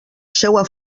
seua